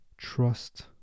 Trust